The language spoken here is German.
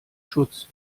schutz